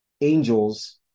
Angels